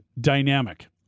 dynamic